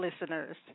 listeners